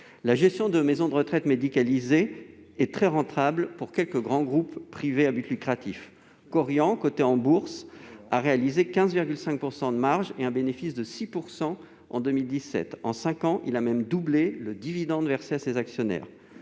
La gestion des maisons de retraite médicalisées est très rentable pour quelques grands groupes privés à but lucratif : Korian, coté en Bourse, a réalisé 15,5 % de marge et un bénéfice de 6 % en 2017. En cinq ans, ce groupe a même doublé le dividende qu'il verse à ses actionnaires.